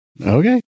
Okay